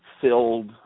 filled